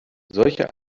solche